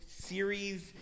series